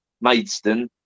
Maidstone